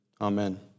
Amen